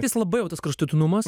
jis labai jau tas kraštutinumas